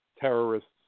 terrorists